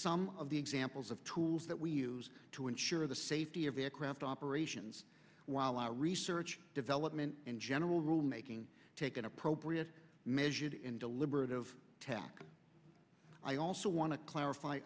some of the examples of tools that we use to ensure the safety of aircraft operations while our research development and general rule making taken appropriate measured in deliberative tak i also want to clarify